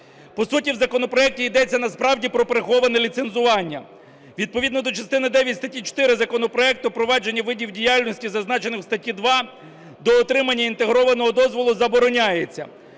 По суті, в законопроекті йдеться насправді про приховане ліцензування. Відповідно до частини дев'ять статті 4 законопроекту провадження видів діяльності, зазначених в статті 2, до отримання інтегрованого дозволу забороняється.